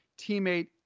teammate